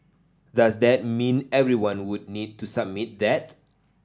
does that mean everyone would need to submit that